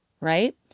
Right